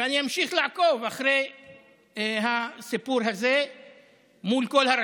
אני אמשיך לעקוב אחרי הסיפור הזה מול כל הרשויות.